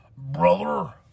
Brother